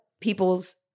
people's